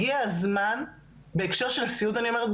הגיע הזמן ואת זה אני אומרת בהקשר של הסיעוד בעיקר,